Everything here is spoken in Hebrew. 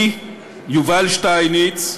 אני, יובל שטייניץ,